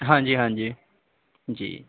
ਹਾਂਜੀ ਹਾਂਜੀ ਜੀ